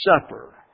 Supper